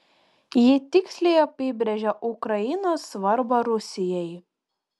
jie tiksliai apibrėžia ukrainos svarbą rusijai